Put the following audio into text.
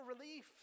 relief